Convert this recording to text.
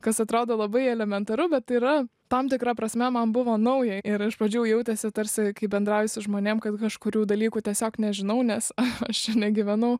kas atrodo labai elementaru bet tai yra tam tikra prasme man buvo nauja ir iš pradžių jautėsi tarsi kai bendrauji su žmonėm kad kažkurių dalykų tiesiog nežinau nes aš čia negyvenau